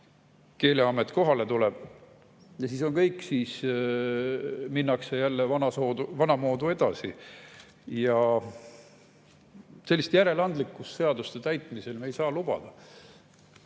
Keeleamet kohale tuleb, ja kõik. Siis minnakse jälle vanamoodi edasi. Sellist järeleandlikkust seaduste täitmisel me ei saa lubada.